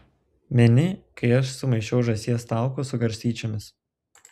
meni kai aš sumaišiau žąsies taukus su garstyčiomis